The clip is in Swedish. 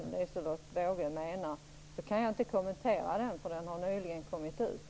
Jag kan inte i dag kommentera den utredning som har lagts fram, eftersom den kom ut nyligen.